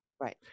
Right